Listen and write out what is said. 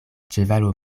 ĉevalo